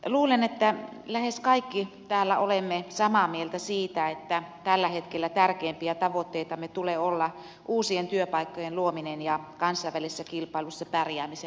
luulen että lähes kaikki täällä olemme samaa mieltä siitä että tällä hetkellä tärkeimpiä tavoitteitamme tulee olla uusien työpaikkojen luominen ja kansainvälisessä kilpailussa pärjäämisen vahvistaminen